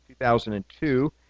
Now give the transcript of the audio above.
2002